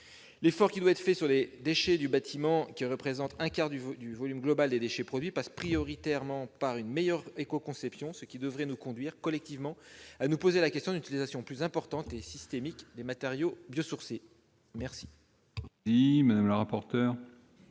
L'effort que l'on doit produire sur les déchets du bâtiment, qui représentent un quart du volume global des déchets produits, passe prioritairement par une meilleure éco-conception des bâtiments, ce qui devrait nous conduire collectivement à poser la question de l'utilisation plus importante et systémique des matériaux biosourcés. Quel